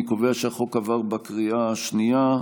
אני קובע שהחוק עבר בקריאה השנייה.